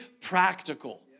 practical